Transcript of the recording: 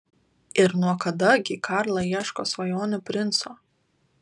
ir nuo kada gi karla ieško svajonių princo